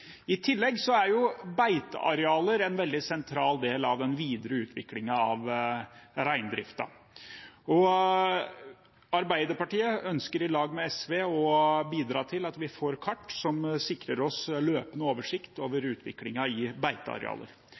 I tillegg er beitearealer en veldig sentral del av den videre utviklingen av reindriften, og Arbeiderpartiet ønsker i lag med SV å bidra til at vi får kart som sikrer oss løpende oversikt over utviklingen i beitearealer.